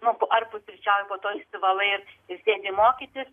nu ar pusryčiauji po to išsivalai ir sėdi mokytis